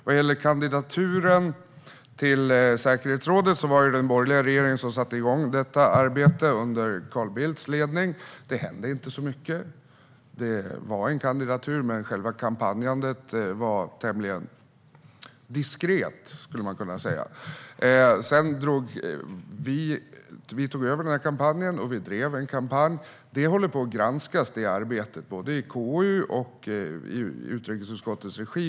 Vad gäller arbetet med kandidaturen till säkerhetsrådet var det den borgerliga regeringen som satte igång det under Carl Bildts ledning. Det hände inte så mycket. Det var en kandidatur, men själva kampanjandet var tämligen diskret, skulle man kunna säga. Sedan tog vi över kampanjen och drev den. Det arbetet håller på att granskas i både KU:s och utrikesutskottets regi.